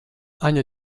eine